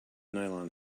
nylon